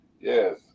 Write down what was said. Yes